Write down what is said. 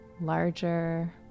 larger